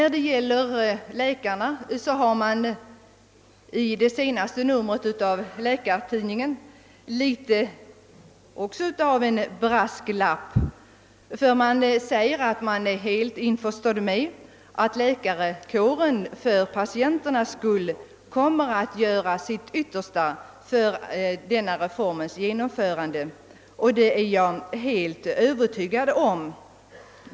I senaste numret av Läkartidningen har också läkarna avgivit något av en brasklapp; man säger där att man är övertygad om att läkarkåren för patienternas skull kommer att göra sitt yttersta för att sjukvården skall fungera utan alltför stora störningar efter den 1 januari 1970, och det är jag helt övertygad om.